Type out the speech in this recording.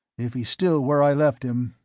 if he's still where i left him,